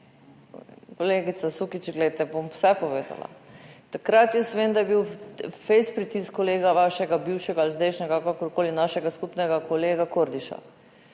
Kolegica Sukič, glejte, bom vse povedala. Takrat, jaz vem, da je bil fejst pritisk kolega, vašega, bivšega ali zdajšnjega, kakorkoli, našega skupnega kolega Kordiša.